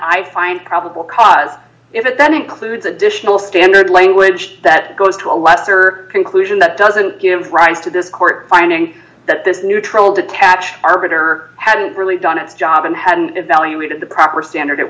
i find probable cause if it then includes additional standard language that goes to a lesser conclusion that doesn't give rise to this court finding that this neutral detached arbiter hadn't really done its job and had evaluated the proper standard it